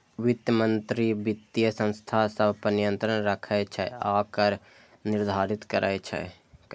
वित्त मंत्री वित्तीय संस्था सभ पर नियंत्रण राखै छै आ कर निर्धारित करैत छै